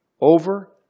Over